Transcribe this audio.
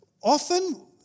Often